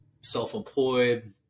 self-employed